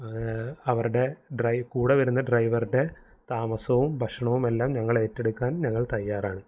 അവരുടെ കൂടെ വരുന്ന ഡ്രൈവറുടെ താമസവും ഭക്ഷണവുമെല്ലാം ഞങ്ങളേറ്റെടുക്കാൻ ഞങ്ങൾ തയ്യാറാണ്